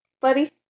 buddy